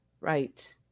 Right